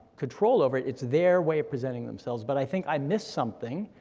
control over it, it's their way of presenting themselves. but i think i missed something,